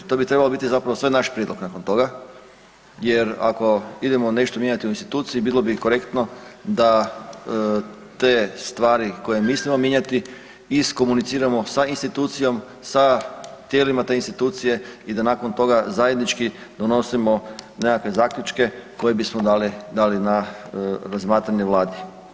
To bi trebao zapravo sve naš prijedlog nakon toga jer ako idemo nešto mijenjati u instituciji, bilo bi korektno da te stvari koje mislimo mijenjati, iskomuniciramo sa institucijom, sa tijelima te institucije i da nakon toga zajednički donosimo nekakve zaključke koje bismo dali na razmatranje Vladi.